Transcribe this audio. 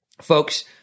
Folks